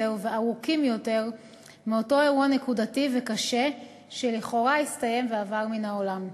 וארוכים יותר מאותו אירוע נקודתי וקשה שלכאורה הסתיים ועבר מן העולם.